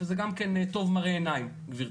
אני חושב שטוב מראה עיניים גבירתי.